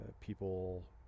people